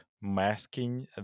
masking